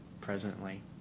presently